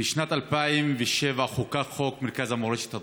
בשנת 2007 חוקק חוק מרכז המורשת הדרוזית.